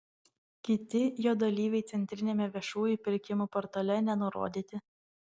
kiti jo dalyviai centriniame viešųjų pirkimų portale nenurodyti